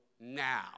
now